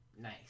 Nice